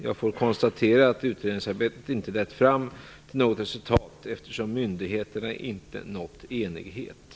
Jag får konstatera att utredningsarbetet inte lett fram till något resultat, eftersom myndigheterna inte nått enighet.